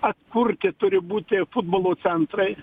atkurti turi būti futbolo centrai